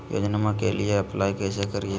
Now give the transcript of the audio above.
योजनामा के लिए अप्लाई कैसे करिए?